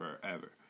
forever